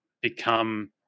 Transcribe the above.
become